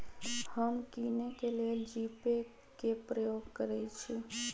हम किने के लेल जीपे कें प्रयोग करइ छी